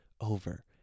over